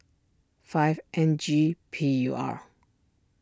five N G P U R